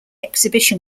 exhibition